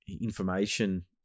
information